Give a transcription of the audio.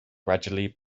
gradually